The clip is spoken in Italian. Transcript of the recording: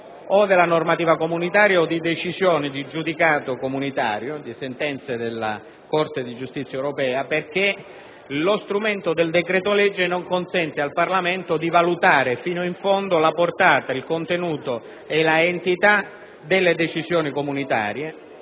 della normativa comunitaria o di decisioni di giudicato comunitario, ossia di sentenze della Corte di giustizia europea, perché lo strumento del decreto-legge non consente al Parlamento di valutare fino in fondo la portata, il contenuto e l'entità delle decisioni comunitarie.